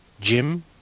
Jim